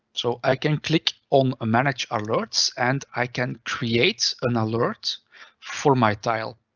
so i can click on, ah manage alerts, and i can create an alert for my tile.